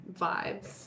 vibes